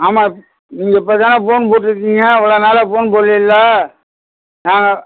ஆமாம் நீங்கள் இப்போதான் ஃபோன் போட்டிருக்கீங்க இவ்வளோ நாளாக ஃபோன் போட்லைல்ல நாங்கள்